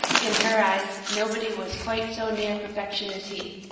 in her eyes, nobody was quite so near perfection as he,